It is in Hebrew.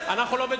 אז אני עוזר לה.